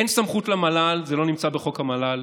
אין סמכות למל"ל, זה לא נמצא בחוק המל"ל,